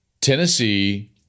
Tennessee